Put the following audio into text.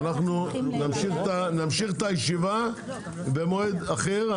אנחנו נמשיך את הישיבה במועד אחר.